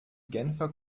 genfer